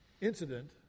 Incident